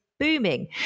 Booming